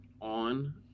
on